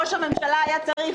ראש הממשלה היה צריך,